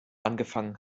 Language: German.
angefangen